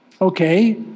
Okay